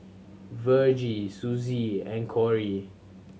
Virgie Suzy and Kory